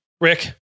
rick